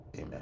amen